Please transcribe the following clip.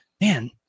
man